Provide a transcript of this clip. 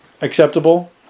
acceptable